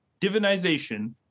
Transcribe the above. divinization